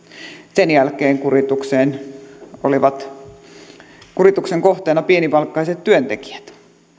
sen jälkeen kurituksen kohteena olivat pienipalkkaiset työntekijät